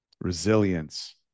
resilience